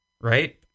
right